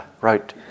wrote